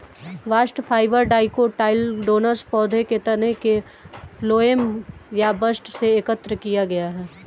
bast fibre dicotyledonous पौधों के तने के फ्लोएम या बस्ट से एकत्र किया गया है